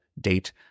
date